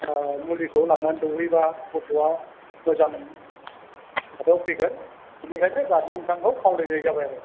मुलिखौ लांनानै दौहेबा गथ'आ मोजां माबायाव फैगोन बेनिखायनो गारजेन नोंथांखौ खावलायनाय जाबाय आरो